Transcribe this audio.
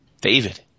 David